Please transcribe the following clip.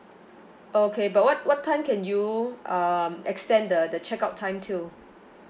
okay but what what time can you um extend the the check out time till